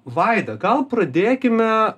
vaida gal pradėkime